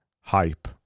hype